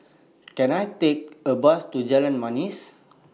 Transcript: Can I Take A Bus to Jalan Manis